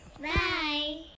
Bye